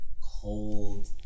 cold